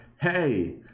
hey